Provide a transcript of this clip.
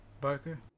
Barker